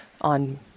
on